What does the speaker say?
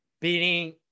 beating